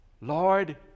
Lord